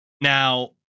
now